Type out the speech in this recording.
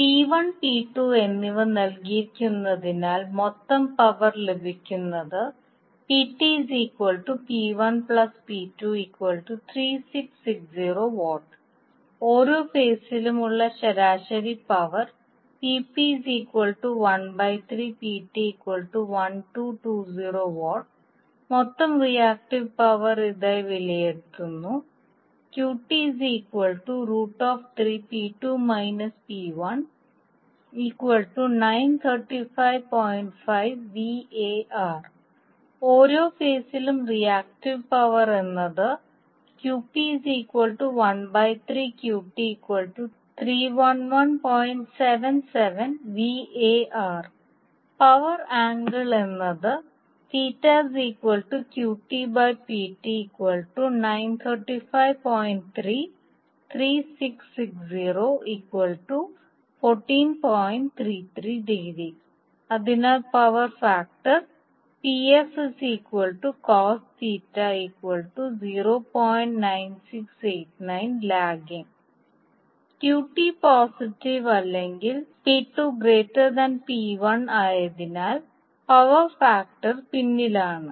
P1 P2 എന്നിവ നൽകിയിരിക്കുന്നതിനാൽ മൊത്തം പവർ ലഭിക്കുന്നത് ഓരോ ഫേസിലും ഉള്ള ശരാശരി പവർ മൊത്തം റിയാക്ടീവ് പവർ ഇതായി വിലയിരുത്തുന്നു ഓരോ ഫേസിലും റിയാക്ടീവ് പവർ എന്നത് പവർ ആംഗിൾ എന്നത് അതിനാൽ പവർ ഫാക്ടർ QT പോസിറ്റീവ് അല്ലെങ്കിൽ P2 P1 ആയതിനാൽ പവർ ഫാക്ടർ പിന്നിലാണ്